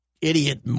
idiot